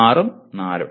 ആറും നാലും